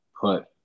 put